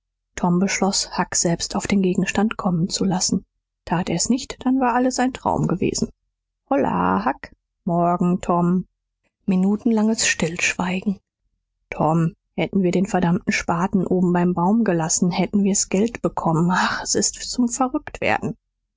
tom beschloß huck selbst auf den gegenstand kommen zu lassen tat er's nicht dann war alles ein traum gewesen holla huck morgen tom minutenlanges stillschweigen tom hätten wir den verdammten spaten oben beim baum gelassen hätten wir's geld bekommen ach s ist zum verrücktwerden